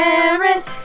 Paris